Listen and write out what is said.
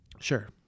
Sure